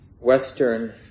Western